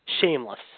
Shameless